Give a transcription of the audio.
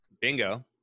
Bingo